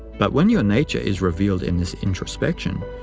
but when your nature is revealed in this introspection,